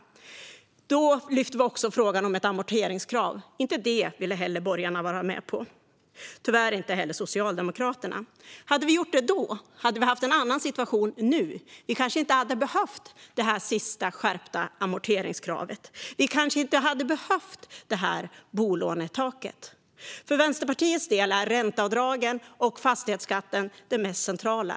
Då lyfte vi även upp frågan om ett amorteringskrav, men inte heller det ville borgarna vara med på och tyvärr heller inte Socialdemokraterna. Om vi hade gjort detta då hade vi haft en annan situation nu. Vi kanske inte hade behövt det senaste skärpta amorteringskravet, och vi kanske inte hade behövt bolånetaket. För Vänsterpartiet är ränteavdragen och fastighetsskatten det mest centrala.